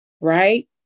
right